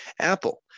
Apple